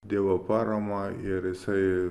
dievo paramą ir jisai